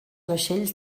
vaixells